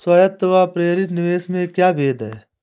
स्वायत्त व प्रेरित निवेश में क्या भेद है?